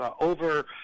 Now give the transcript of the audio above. over